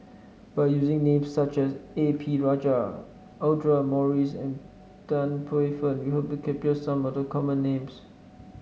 by using names such as A P Rajah Audra Morrice and Tan Paey Fern we hope to capture some of the common names